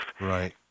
Right